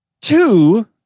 Two